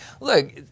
Look